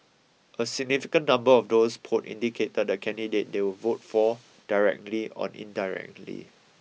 a significant number of those polled indicated the candidate they would vote for directly or indirectly